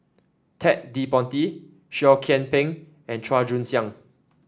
Ted De Ponti Seah Kian Peng and Chua Joon Siang